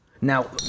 Now